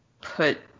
put